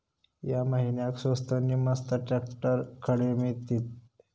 या महिन्याक स्वस्त नी मस्त ट्रॅक्टर खडे मिळतीत?